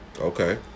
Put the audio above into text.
Okay